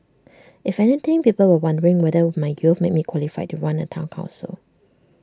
if anything people were wondering whether my youth made me qualified to run A Town Council